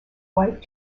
wife